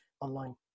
online